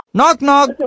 Knock-knock